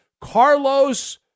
Carlos